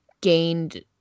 gained